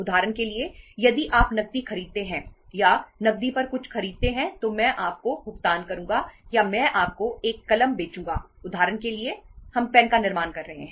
उदाहरण के लिए यदि आप नकदी खरीदते हैं या नकदी पर कुछ खरीदते हैं तो मैं आपको भुगतान करूंगा या मैं आपको एक कलम बेचूंगा उदाहरण के लिए हम पेन का निर्माण कर रहे हैं